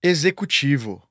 Executivo